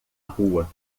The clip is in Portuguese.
rua